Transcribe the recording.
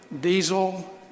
diesel